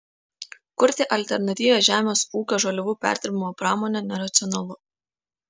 kurti alternatyvią žemės ūkio žaliavų perdirbimo pramonę neracionalu